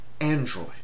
android